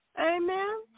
Amen